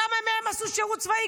כמה מהם עשו שירות צבאי,